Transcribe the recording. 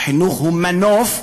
החינוך הוא מנוף לשינוי.